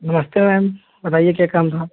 नमस्ते मैम बताइए क्या काम था